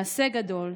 מעשה גדול.